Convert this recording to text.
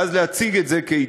ואז להציג את זה כהתנגדות.